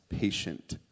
patient